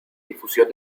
difusión